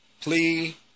plea